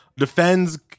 defends